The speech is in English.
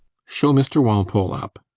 shew mr walpole up.